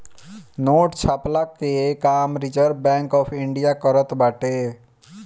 note छ्पला कअ काम रिजर्व बैंक ऑफ़ इंडिया करत बाटे